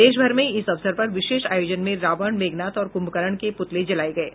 देश भर में इस अवसर पर विशेष आयोजन में रावण मेघनाद और कुम्भकर्ण के पुतले जलाए गये